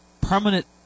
permanent